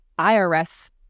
IRS